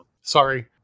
Sorry